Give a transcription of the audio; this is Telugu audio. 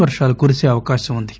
వర్తాలు కురిసే అవకాశం వుంది